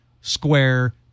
Square